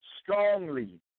strongly